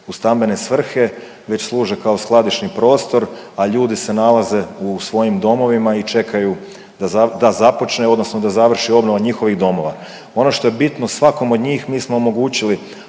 stambene svrhe već služe kao skladišni prostor, a ljudi se nalaze u svojim domovima i čekaju da započne odnosno da završi obnova njihovih domova. Ono što je bitno svakom od njih mi smo omogućili